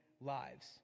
lives